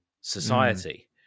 society